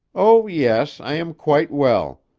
oh, yes. i am quite well.